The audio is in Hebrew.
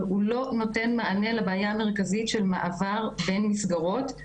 אבל הוא לא נותן מענה לבעיה המרכזית של מעבר בין מסגרות,